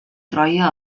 troia